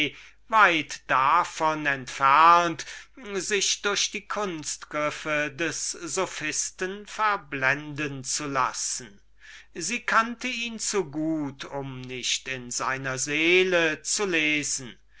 weit davon entfernt sich durch die kunstgriffe des sophisten ein blendwerk vormachen zu lassen sie kannte ihn zu gut um nicht in seiner seele zu lesen